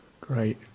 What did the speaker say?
Great